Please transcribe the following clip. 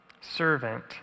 servant